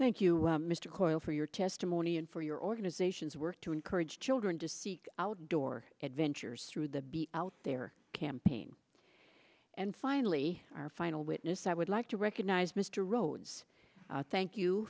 thank you mr coyle for your testimony and for your organization's work to encourage children to seek outdoor adventures through the be out there campaign and finally our final witness i would like to recognize mr rhodes thank you